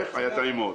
היה טעים מאוד.